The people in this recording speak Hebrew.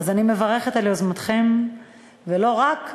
אני מברכת על יוזמתם ולא רק,